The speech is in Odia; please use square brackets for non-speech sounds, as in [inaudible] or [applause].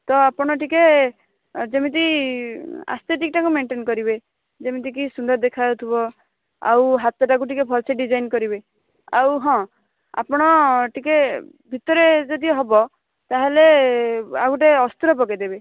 ତ ଆପଣ ଟିକିଏ ଯେମିତି [unintelligible] ଦୁଇଟାକୁ ମେଣ୍ଟନ କରିବେ ଯେମିତି କି ସୁନ୍ଦର ଦେଖାଯାଉଥିବ ଆଉ ହାତଟାକୁ ଟିକିଏ ଭଲ ସେ ଡିଜାଇନ୍ କରିବେ ଆଉ ହଁ ଆପଣ ଟିକିଏ ଭିତରେ ଯଦି ହେବ ତା'ହେଲେ ଆଉ ଗୋଟେ ଅସ୍ତ୍ର ପକାଇଦେବେ